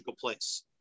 place